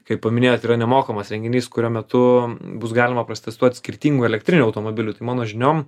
kaip paminėjot yra nemokamas renginys kurio metu bus galima prasitestuot skirtingų elektrinių automobilių tai mano žiniom